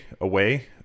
away